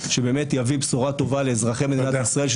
שבאמת יביא בשורה טובה לאזרחי מדינת ישראל,